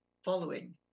Following